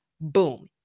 Boom